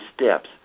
steps